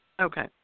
Okay